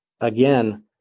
again